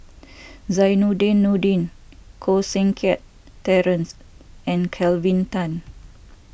Zainudin Nordin Koh Seng Kiat Terence and Kelvin Tan